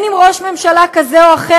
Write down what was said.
אם ראש ממשלה כזה או אחר,